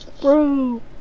bro